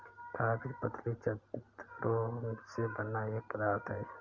कागज पतली चद्दरों से बना एक पदार्थ है